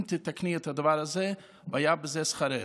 אם תתקני את הדבר הזה, והיה בזה שכרך.